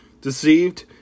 deceived